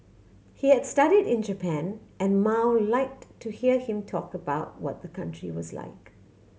he had studied in Japan and Mao liked to hear him talk about what the country was like